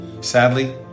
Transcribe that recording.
Sadly